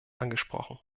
angesprochen